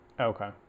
Okay